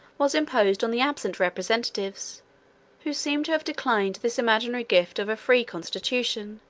was imposed on the absent representatives who seem to have declined this imaginary gift of a free constitution,